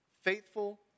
faithful